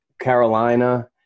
Carolina